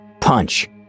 Punch